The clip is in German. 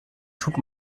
tut